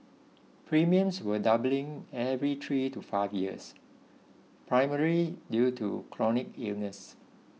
premiums were doubling every three to five years primarily due to chronic illnesses